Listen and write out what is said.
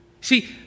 See